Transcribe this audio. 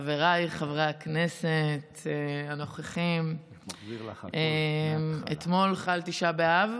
חבריי חברי הכנסת הנוכחים, אתמול חל תשעה באב.